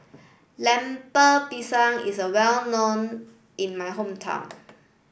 Lemper Pisang is well known in my hometown